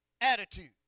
attitude